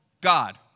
God